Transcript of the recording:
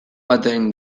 batean